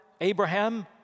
Abraham